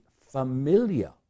familiar